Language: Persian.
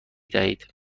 دهید